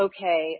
Okay